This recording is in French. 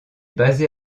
basée